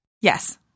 Yes